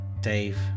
Dave